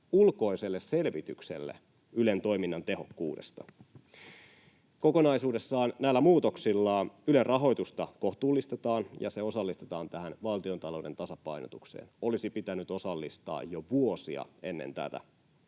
ulkoiselle selvitykselle Ylen toiminnan tehokkuudesta. Kokonaisuudessaan näillä muutoksilla Ylen rahoitusta kohtuullistetaan ja se osallistetaan tähän valtiontalouden tasapainotukseen — olisi pitänyt osallistaa jo vuosia ennen tätä.